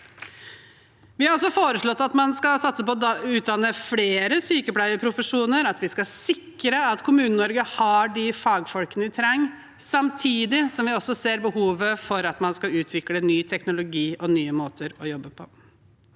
Vi har også foreslått at man skal satse på å utdanne flere sykepleieprofesjoner og at vi skal sikre at Kommune-Norge har de fagfolkene vi trenger. Samtidig ser vi også behovet for at man skal utvikle ny teknologi og nye måter å jobbe på.